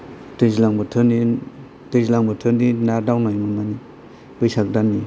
दैज्लां बोथोरनि दैज्लां बोथोरनि ना दावनाय मोनो बैसाग दाननि